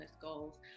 goals